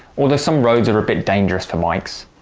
although some roads are a bit dangerous for bikes.